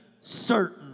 certain